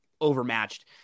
overmatched